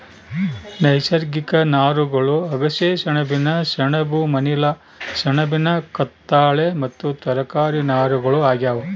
ನೈಸರ್ಗಿಕ ನಾರುಗಳು ಅಗಸೆ ಸೆಣಬಿನ ಸೆಣಬು ಮನಿಲಾ ಸೆಣಬಿನ ಕತ್ತಾಳೆ ಮತ್ತು ತರಕಾರಿ ನಾರುಗಳು ಆಗ್ಯಾವ